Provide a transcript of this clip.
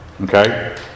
okay